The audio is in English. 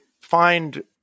find